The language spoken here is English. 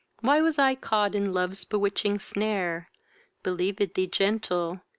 why was i caught in love's bewitching snare believ'd thee gentle,